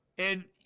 and